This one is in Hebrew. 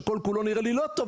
שכל כולו נראה לי לא טוב,